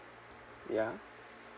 ya